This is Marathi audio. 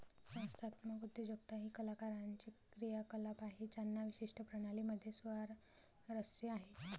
संस्थात्मक उद्योजकता ही कलाकारांची क्रियाकलाप आहे ज्यांना विशिष्ट प्रणाली मध्ये स्वारस्य आहे